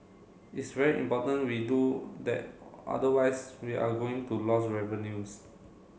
it's very important we do that otherwise we are going to loss revenues